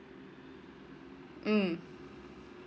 mm